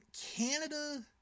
Canada